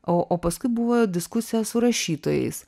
o o paskui buvo diskusija su rašytojais